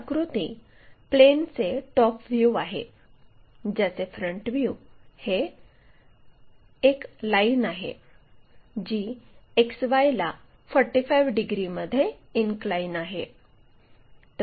ही आकृती प्लेनचे top view आहे ज्याचे फ्रंट व्ह्यू हे A लाईन आहे जी XY ला 45 डिग्रीमध्ये इनक्लाइन आहे